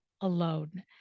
alone